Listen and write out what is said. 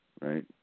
Right